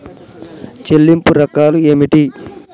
చెల్లింపు రకాలు ఏమిటి?